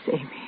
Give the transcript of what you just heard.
Amy